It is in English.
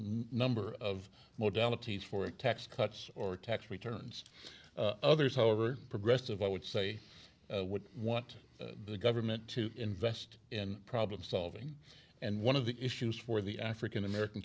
teens for tax cuts or tax returns others however progressive i would say what want the government to invest in problem solving and one of the issues for the african american